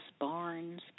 barns